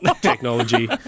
technology